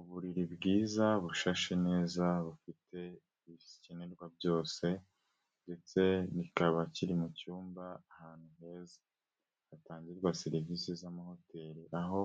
Uburiri bwiza bushashe neza bufite ibikenerwa byose ndetse bikaba kiri mu cyumba ahantu heza, hatangirwa serivisi z'amahoteri, aho